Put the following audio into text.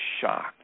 shocked